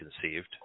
conceived